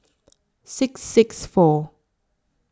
six six four